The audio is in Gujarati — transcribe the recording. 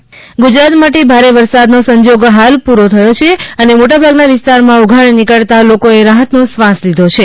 વરસાદ ડેમ છલકાયાં ગુજરાત માટે ભારે વરસાદનો સંજોગ હાલ પૂરો થયો છે અને મોટાભાગ ના વિસ્તાર માં ઉઘાડ નીકળતા લોકોએ રાહતનો શ્વાસ લીધો છે